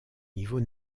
niveau